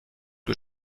que